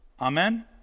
Amen